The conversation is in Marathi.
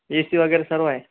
ए सी वगैरे सर्व आहे